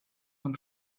von